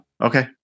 Okay